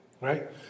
right